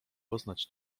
poznać